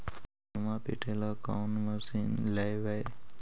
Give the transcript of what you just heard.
धनमा पिटेला कौन मशीन लैबै?